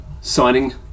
signing